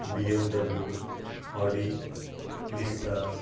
BMW Audi vista